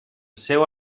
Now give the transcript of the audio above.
seu